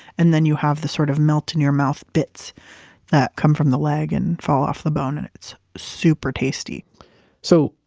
and then you have the sort of melt-in-your-mouth bits that come from the leg and fall off the bone and it's super tasty so,